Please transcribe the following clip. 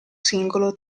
singolo